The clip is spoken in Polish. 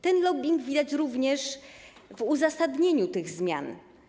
Ten lobbing widać również w uzasadnieniu tych zmian.